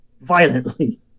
violently